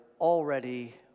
already